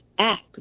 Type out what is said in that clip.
act